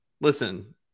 Listen